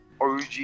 OG